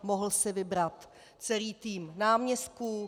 Mohl si vybrat celý tým náměstků.